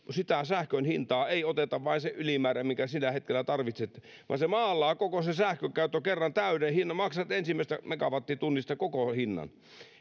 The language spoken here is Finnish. sitä sähkön hintaa ei oteta vain se ylimäärä minkä sillä hetkellä tarvitset vaan se maalaa koko sen sähkökäyttökerran täyden hinnan maksat ensimmäisestä megawattitunnista koko hinnan